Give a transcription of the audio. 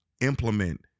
implement